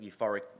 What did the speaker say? euphoric